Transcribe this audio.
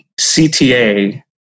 CTA